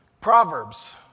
Proverbs